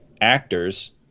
actors